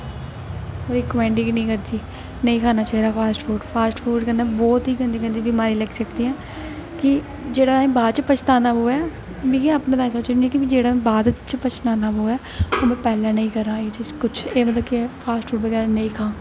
recommend गै निं करदी नेईं खाना चाहिदा फास्ट फूड फास्ट फूड कन्नै बड़ी गंदी गंदी बमारियां लग्गी सकदियां कि जेह्ड़ा असें बाद च पशतानां पवै में अपने सोचदी रौह्न्नी होन्नी कि जेह्का बाद च पशताना पवै ओह् में पैह्लें नेईं करा एह् चीज किश फास्ट फूड बगैरा नेईं खां